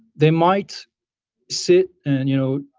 they might sit and you know